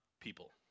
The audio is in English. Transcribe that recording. people